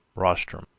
rostrum,